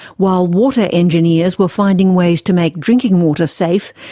while water engineers were finding ways to make drinking water safe,